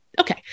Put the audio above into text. Okay